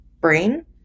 brain